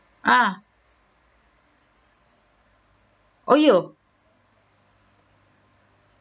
ah !aiyo!